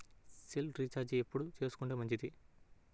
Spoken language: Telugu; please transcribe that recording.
సెల్ రీఛార్జి ఎప్పుడు చేసుకొంటే మంచిది?